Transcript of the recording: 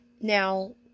Now